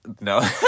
No